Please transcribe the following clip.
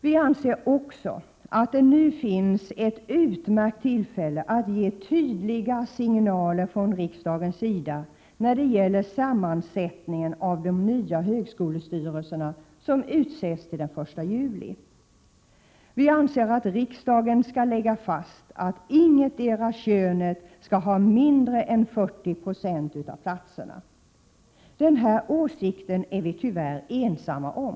Vi anser även att det nu finns ett utmärkt tillfälle att ge tydliga signaler från riksdagens sida när det gäller sammansättningen av de nya högskolestyrelserna som utses till den 1 juli. Vi anser att riksdagen skall lägga fast att ingetdera könet skall ha mindre än 40 90 av platserna. Den här åsikten är vi tyvärr ensamma om.